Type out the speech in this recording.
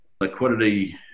liquidity